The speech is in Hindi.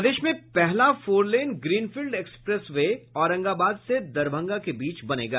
प्रदेश में पहला four lane greenfield expressway Aurangabad से दरभंगा के बीच बनेगा